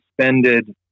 suspended